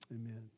amen